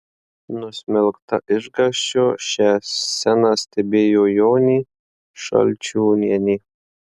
nusmelkta išgąsčio šią sceną stebėjo jonė šalčiūnienė